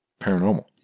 paranormal